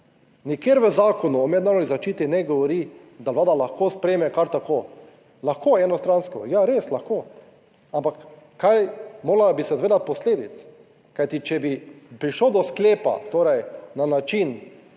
nikjer v Zakonu o mednarodni zaščiti ne govori, da Vlada lahko sprejme kar tako. Lahko enostransko, ja, res lahko, ampak kaj, morala bi se zavedati posledic, kajti, če bi prišlo do sklepa, torej na način,